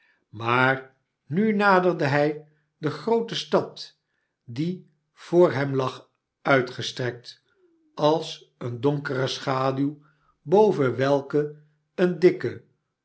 maar nu naderde hij de groote stad die voor hem lag uitgestrekt als eene donkere schaduw boven welke een dikke